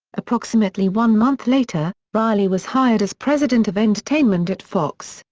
approximately one month later, reilly was hired as president of entertainment at fox.